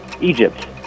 Egypt